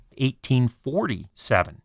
1847